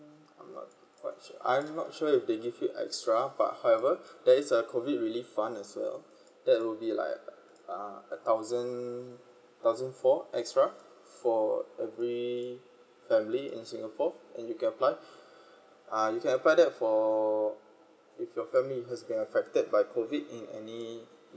I'm not quite sure I'm not sure if they give you extra but however there is a COVID relief fund as well that would be like uh a thousand thousand four extra for every family in singapore and you can apply uh you can apply that for if your family get affected by COVID in any